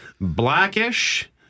blackish